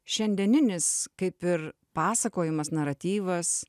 šiandieninis kaip ir pasakojimas naratyvas